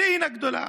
סין הגדולה,